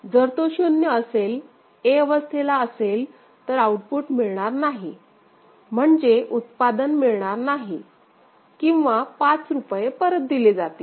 जर तो 0 असेल a अवस्थेला असेल तर आउटपुट मिळणार नाही म्हणजे उत्पादन मिळणार नाही किंवा 5 रुपये परत दिले जातील